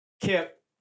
Kip